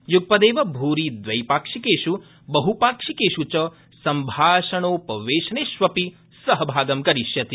य्गपदेव भूरि दवैपाक्षिकेष् बहपाक्षिकेष् च सम्भाषणोपवेशनेष्वपि सहभागं करिष्यति